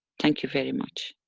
thank you very much.